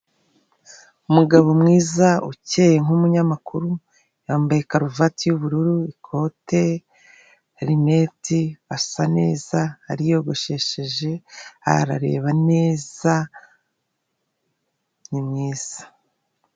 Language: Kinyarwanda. Umugabo mwiza ukeye nk'umunyamakuru, yambaye karuvati y'ubururu, ikote, rineti, asa neza, ariyogoshesheje, arareba neza, ni mwiza.